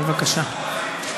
בבקשה.